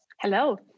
Hello